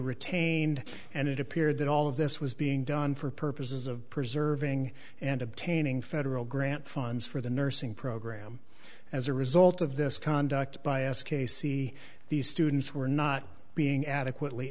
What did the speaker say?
retained and it appeared that all of this was being done for purposes of preserving and obtaining federal grant funds for the nursing program as a result of this conduct by ask a c these students were not being adequately